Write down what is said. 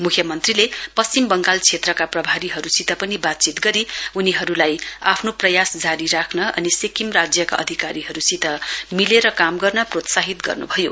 मुख्यमन्त्रीले पश्चिम वंगाल क्षेत्रका प्रभारीहरुसित पनि वातचीत गरी उनीहरुलाई आफ्नो प्रयास जारी राख्न अनि सिक्किम राज्यका अधिकारीहरुसित मिलेर काम गर्न प्रोत्साहित गर्नुभयो